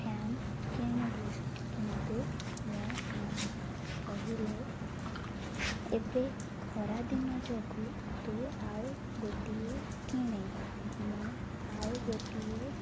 fan କିଣିଲି କିନ୍ତୁ ମୋ ମା' କହିଲେ ଏବେ ଖରାଦିନ ଯୋଗୁଁ ତୁ ଆଉ ଗୋଟିଏ କିଣେ ମୁଁ ଆଉ ଗୋଟିଏ